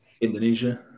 Indonesia